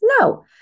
No